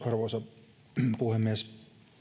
arvoisa puhemies